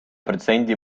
protsendi